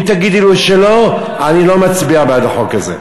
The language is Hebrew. אם תגידו לי שלא, אני לא מצביע בעד החוק הזה.